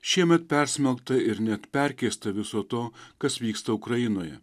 šiemet persmelkta ir net perkeista viso to kas vyksta ukrainoje